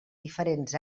diferents